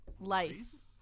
Lice